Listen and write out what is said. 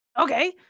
Okay